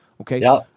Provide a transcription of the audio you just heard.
okay